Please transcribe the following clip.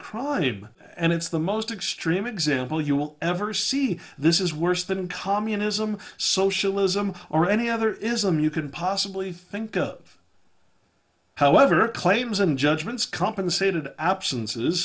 crime and it's the most extreme example you will ever see this is worse than communism socialism or any other ism you could possibly think of however claims and judgments compensated absences